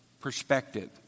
perspective